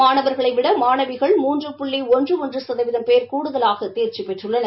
மாணவர்களைவிட மாணவிகள் மூன்று புள்ளி ஒன்று ஒன்று சதவீதம் பேர் கூடுதலாக தேர்ச்சி பெற்றுள்ளனர்